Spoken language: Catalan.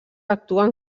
actuen